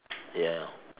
ya